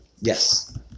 Yes